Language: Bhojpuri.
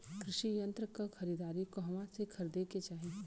कृषि यंत्र क खरीदारी कहवा से खरीदे के चाही?